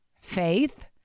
faith